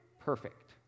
perfect